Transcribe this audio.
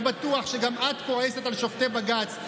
אני בטוח שגם את כועסת על שופטי בג"ץ,